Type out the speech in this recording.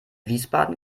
wiesbaden